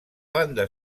banda